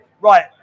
right